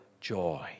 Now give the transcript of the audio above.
joy